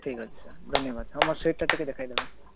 ଠିକ୍ଅଛି ସାର୍ ଧନ୍ୟବାଦ ହଁ ମୋର ସିଟ୍ ଟା ଟିକିଏ ଦେଖେଇଦେବେ